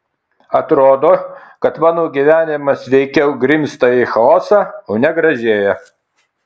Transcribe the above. atrodo kad mano gyvenimas veikiau grimzta į chaosą o ne gražėja